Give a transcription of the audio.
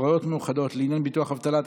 (הוראות מיוחדות לעניין ביטוח אבטלה),